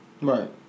Right